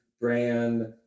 brand